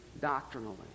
doctrinally